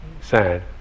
sad